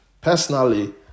Personally